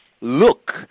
look